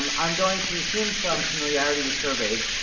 um i'm going to assume some familiarity with surveys